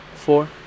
Four